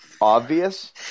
obvious